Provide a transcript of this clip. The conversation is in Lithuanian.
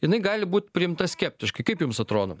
jinai gali būt priimta skeptiškai kaip jums atrodo